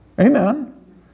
Amen